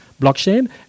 blockchain